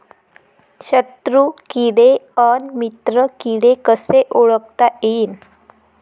शत्रु किडे अन मित्र किडे कसे ओळखता येईन?